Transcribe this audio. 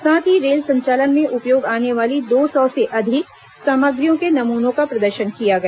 साथ ही रेल संचालन में उपयोग आने वाली दो सौ से अधिक सामग्रियों के नमूनों का प्रदर्शन किया गया